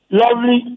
lovely